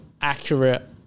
accurate